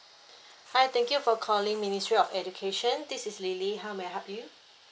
hi thank you for calling ministry of education this is lily how may I help you